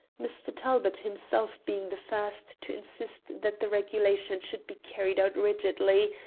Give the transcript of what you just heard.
mr. talbot himself being the first to insist that the regulation should be carried out rigidly,